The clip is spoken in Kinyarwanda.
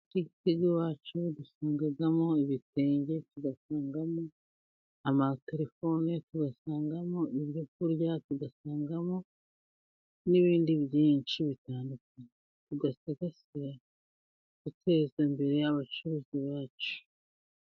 Iduka iwacu dusangamo ibitenge, tugasangamo amaterefone, tugasangamo ibyo kurya, tugasangamo n'ibindi byinshi bitandukanye. Tugasigasira duteza imbere abacuruzi bacu.